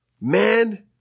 Man